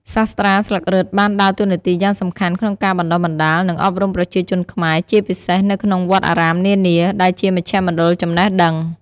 សាស្រ្តាស្លឹករឹតបានដើរតួនាទីយ៉ាងសំខាន់ក្នុងការបណ្តុះបណ្តាល និងអប់រំប្រជាជនខ្មែរ ជាពិសេសនៅក្នុងវត្តអារាមនានា ដែលជាមជ្ឈមណ្ឌលចំណេះដឹង។